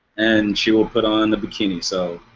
and she'll put on a bikini so.